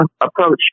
approach